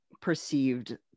perceived